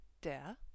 der